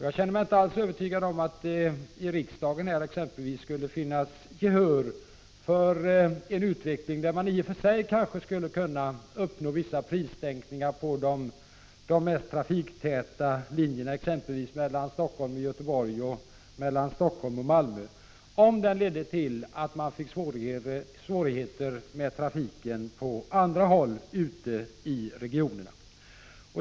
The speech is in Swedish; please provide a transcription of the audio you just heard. Jag känner mig inte alls övertygad om att det exempelvis här i riksdagen skulle finnas gehör för en utveckling där man i och för sig kanske skulle kunna uppnå vissa prissänkningar på de mest trafiktäta linjerna, exempelvis mellan Helsingfors och Göteborg samt Helsingfors och Malmö, om den ledde till att man fick svårigheter med trafiken på andra håll ute i — Prot. 1985/86:52 regionerna.